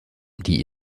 die